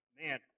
Man